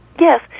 Yes